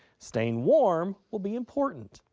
staying warm will be important.